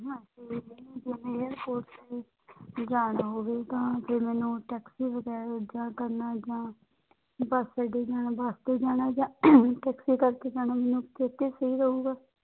ਹਾਂਜੀ ਏਅਰਪੋਟ 'ਤੇ ਜਾਣਾ ਹੋਵੇ ਤਾਂ ਕਿ ਮੈਨੂੰ ਟੈਕਸੀ ਵਗੈਰਾ ਜਾਂ ਕਰਨਾ ਜਾਂ ਬੱਸ ਅੱਡੇ ਜਾਣਾ ਬੱਸ 'ਤੇ ਜਾਣਾ ਜਾਂ ਟੈਕਸੀ ਕਰਕੇ ਜਾਣਾ ਮੈਨੂੰ ਕਿਹ 'ਤੇ ਸਹੀ ਰਹੇਗਾ